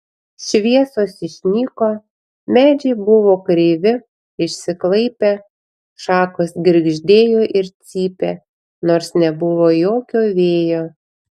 šviesos išnyko medžiai buvo kreivi išsiklaipę šakos girgždėjo ir cypė nors nebuvo jokio vėjo